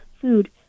food